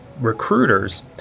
recruiters